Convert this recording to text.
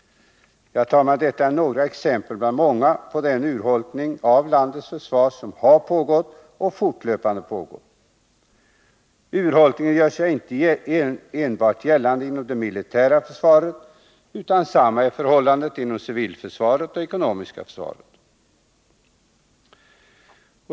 Herr talman! Detta var några exempel bland många på den urholkning av landets försvar som har pågått och fortlöpande pågår. Urholkningen gör sig inte enbart gällande inom det militära försvaret, utan förhållandet är detsamma inom civilförsvaret och det ekonomiska försvaret.